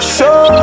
Show